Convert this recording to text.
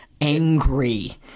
angry